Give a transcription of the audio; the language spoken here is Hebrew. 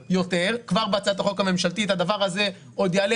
כבר בהצעת החוק הממשלתית הדבר הזה עוד יעלה